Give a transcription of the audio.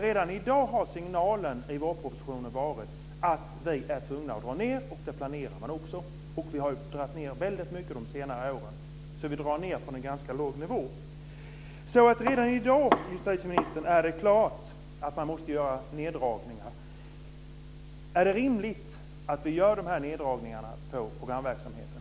Redan i dag har signalen i vårpropositionen varit att dra ned - och så planeras också. Det har skett stora neddragningar på senare år. Det dras ned från en redan ganska låg nivå. Redan i dag, justitieministern, är det klart att det behöver göras neddragningar. Är det rimligt att göra neddragningarna på programverksamheten?